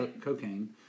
cocaine